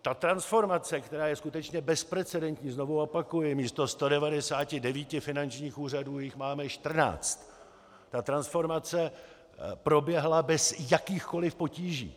Ta transformace, která je skutečně bezprecedentní znovu opakuji, místo 199 finančních úřadů jich máme 14 , proběhla bez jakýchkoli potíží.